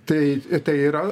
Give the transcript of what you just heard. tai tai yra